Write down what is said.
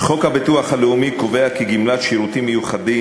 חוק הביטוח הלאומי קובע כי גמלת שירותים מיוחדים,